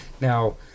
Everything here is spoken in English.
now